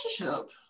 relationship